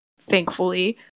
thankfully